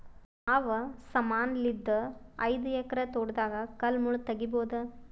ಯಾವ ಸಮಾನಲಿದ್ದ ಐದು ಎಕರ ತೋಟದಾಗ ಕಲ್ ಮುಳ್ ತಗಿಬೊದ?